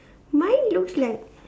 mine looks like